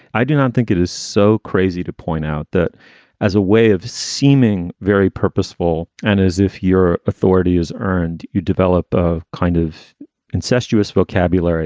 i do not think it is so crazy to point out that as a way of seeming very purposeful and as if your authority is earned, you develop a kind of incestuous vocabulary